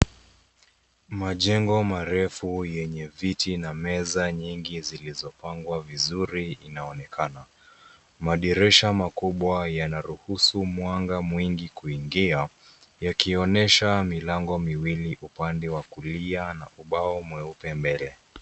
Majengo marefu yenye viti na meza nyingi zilizopangwa vizuri inaonekana. Madirisha makubwa yanaruhusu mwanga mwingi kuingia yakionyesha milango miwili upande wa kulia na ubao mweupe mbele..